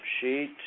sheet